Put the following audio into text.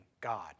God